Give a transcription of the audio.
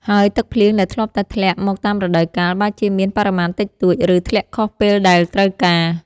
ហើយទឹកភ្លៀងដែលធ្លាប់តែធ្លាក់មកតាមរដូវកាល បែរជាមានបរិមាណតិចតួច ឬធ្លាក់ខុសពេលដែលត្រូវការ។